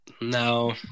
No